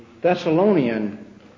Thessalonian